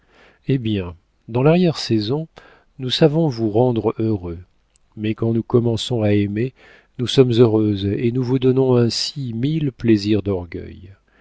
eh bien dans l'arrière-saison nous savons vous rendre heureux mais quand nous commençons à aimer nous sommes heureuses et nous vous donnons ainsi mille plaisirs d'orgueil